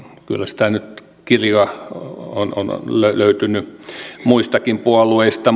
kyllä sitä kirjoa on on löytynyt muistakin puolueista